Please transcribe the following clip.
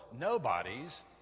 nobodies